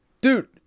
dude